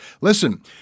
Listen